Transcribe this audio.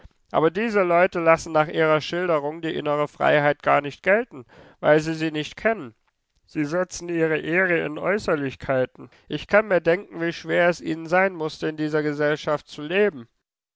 aber diese leute lassen nach ihrer schilderung die innere freiheit gar nicht gelten weil sie sie nicht kennen sie setzen ihre ehre in äußerlichkeiten ich kann mir denken wie schwer es ihnen sein mußte in dieser gesellschaft zu leben